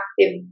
active